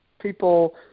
people